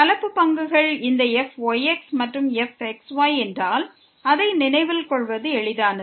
கலப்பு பங்குகள் இந்த fyx மற்றும் fxy என்றால் அதை நினைவில் கொள்வது எளிதானது